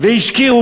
והשקיעו.